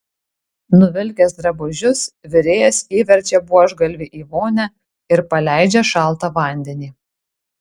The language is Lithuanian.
nuvilkęs drabužius virėjas įverčia buožgalvį į vonią ir paleidžia šaltą vandenį